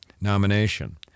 nomination